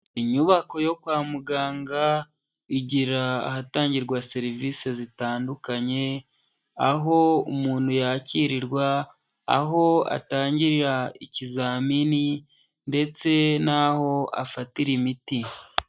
Inyubako yo kwa muganga igira ahatangirwa serivisi zitandukanye aho umuntu yakirirwa, aho atangirira ikizamini ndetse n'aho afatira imiti.